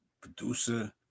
producer